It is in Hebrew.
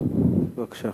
בבקשה.